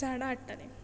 झाडां हाडटालें